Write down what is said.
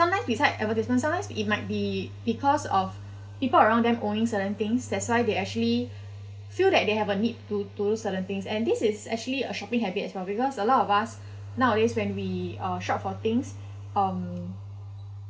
sometimes besides advertisement sometimes it might be because of people around them owning certain things that's why they actually feel that they have a need to to certain things and this is actually a shopping habit as well because a lot of us nowadays when we uh shop for things um